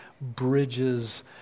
bridges